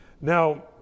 now